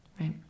right